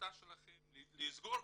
בהחלטתכם לסגור.